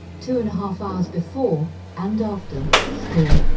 two and a half hours before and after school.